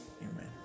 Amen